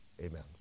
Amen